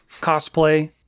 Cosplay